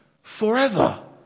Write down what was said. forever